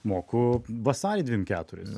moku vasarį dvim keturis